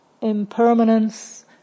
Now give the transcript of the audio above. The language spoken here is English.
impermanence